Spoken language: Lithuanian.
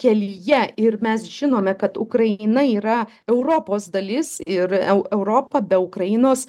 kelyje ir mes žinome kad ukraina yra europos dalis ir eu europa be ukrainos